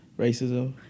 racism